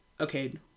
okay